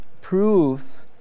proof